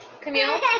Camille